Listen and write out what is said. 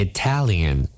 Italian